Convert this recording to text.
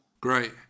Great